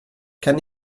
kann